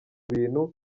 bintu